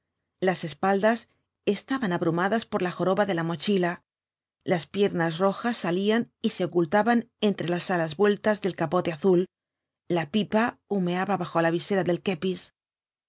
las espaldas estaban abrumadas por la joroba de la mochila las piernas rojas salían y se ocultaban entre las alas vueltas del capote azul la pipa humeaba bajo la visera del kepis